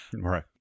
Right